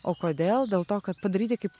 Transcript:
o kodėl dėl to kad padaryti kaip